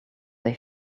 they